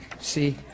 See